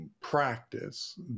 practice